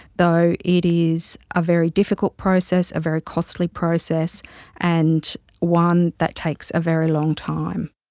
though it is a very difficult process, a very costly process and one that takes a very long time.